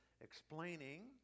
explaining